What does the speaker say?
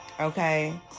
okay